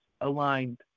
aligned